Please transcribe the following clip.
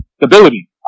stability